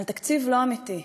על תקציב לא אמיתי.